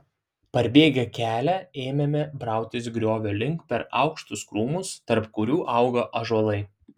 perbėgę kelią ėmėme brautis griovio link per aukštus krūmus tarp kurių augo ąžuolai